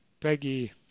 Peggy